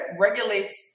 regulates